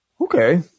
Okay